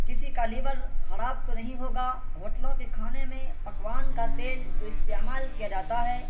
کسی کا لیور خراب تو نہیں ہوگا ہوٹلوں کے کھانے میں پکوان کا تیل جو استعمال کیا جاتا ہے